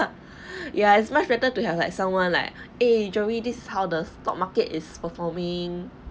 ya it's much better to have like someone like orh joey this how the stock market is performing